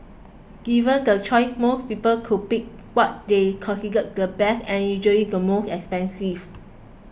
given the choice most people would pick what they consider the best and usually the most expensive